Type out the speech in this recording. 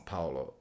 Paulo